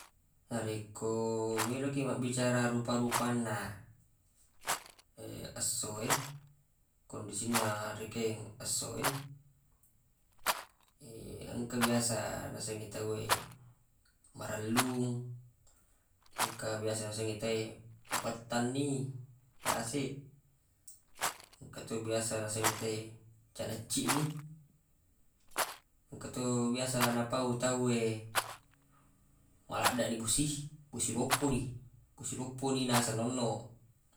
Narekko meloq kiq mabbicara rupa-rupanna esso e kondisinna rekeng esso e engka biasa nasengnge tawwe marellung engka biasa nasengnge te mapettanni yaseq engka to biasa nasengnge te canecciq ni engka to biasa napau tawwe maladdeq ni bosi e bosi loppo ni bosi loppo ni naseng nonno.